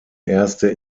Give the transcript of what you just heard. erste